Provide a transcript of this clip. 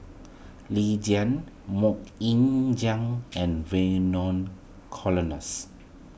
Lee Tjin Mok Ying Jang and Vernon Cornelius